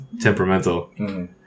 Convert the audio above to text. temperamental